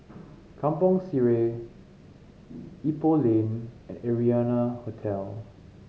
Kampong Sireh Ipoh Lane and Arianna Hotel